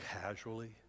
casually